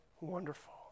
wonderful